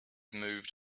moved